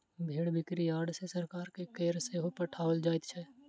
भेंड़ बिक्री यार्ड सॅ सरकार के कर सेहो पठाओल जाइत छै